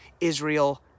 Israel